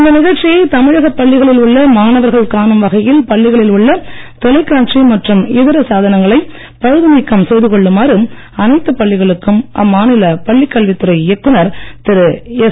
இந்த நிகழ்ச்சியை தமிழக பள்ளிகளில் உள்ள மாணவர்கள் காணும் வகையில் பள்ளிகளில் உள்ள தொலைக்காட்சி மற்றும் இதர சாதனங்களை பழுதுநீக்கம் செய்துகொள்ளமாறு அனைத்து பள்ளிகளுக்கும் அம்மாநில பள்ளி கல்வித்துறை இயக்குனர் திரு எஸ்